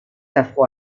afro